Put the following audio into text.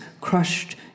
crushed